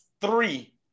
three